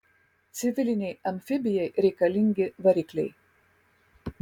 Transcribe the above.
civilinei amfibijai reikalingi varikliai